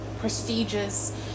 prestigious